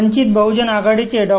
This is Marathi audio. वंचित बहजन आघाडीचे डॉ